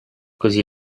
così